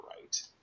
right